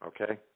Okay